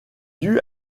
due